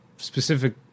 specific